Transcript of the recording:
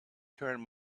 turn